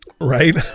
Right